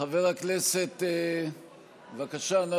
חברות וחברי הכנסת, נא